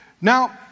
Now